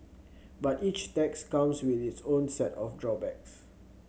but each tax comes with its own set of drawbacks